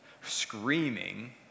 screaming